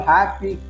Happy